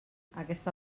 aquesta